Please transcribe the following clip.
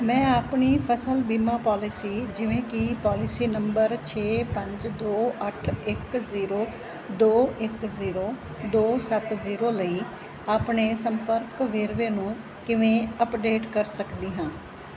ਮੈਂ ਆਪਣੀ ਫਸਲ ਬੀਮਾ ਪਾਲਿਸੀ ਜਿਵੇਂ ਕਿ ਪਾਲਿਸੀ ਨੰਬਰ ਛੇ ਪੰਜ ਦੋ ਅੱਠ ਇੱਕ ਜ਼ੀਰੋ ਦੋ ਇੱਕ ਜ਼ੀਰੋ ਦੋ ਸੱਤ ਜ਼ੀਰੋ ਲਈ ਆਪਣੇ ਸੰਪਰਕ ਵੇਰਵੇ ਨੂੰ ਕਿਵੇਂ ਅੱਪਡੇਟ ਕਰ ਸਕਦੀ ਹਾਂ